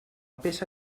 peça